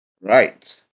Right